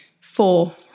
four